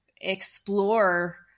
explore